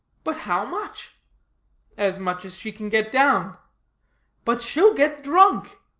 but how much as much as she can get down but she'll get drunk